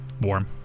warm